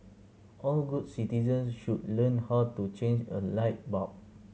all good citizens should learn how to change a light bulb